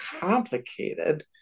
complicated